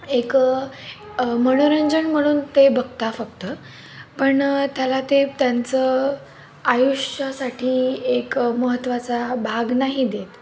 एक मनोरंजन म्हणून ते बघता फक्त पण त्याला ते त्यांचं आयुष्यासाठी एक महत्त्वाचा भाग नाही देत